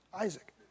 Isaac